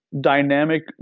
Dynamic